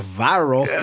viral